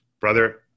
Brother